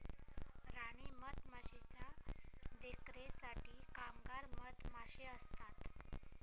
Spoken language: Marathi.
राणी मधमाशीच्या देखरेखीसाठी कामगार मधमाशे असतत